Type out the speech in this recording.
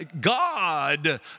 God